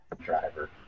driver